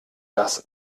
das